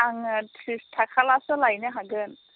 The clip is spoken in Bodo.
आङो ट्रिस टाका ब्लासो लायनो हागोन